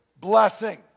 blessing